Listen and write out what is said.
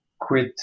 quit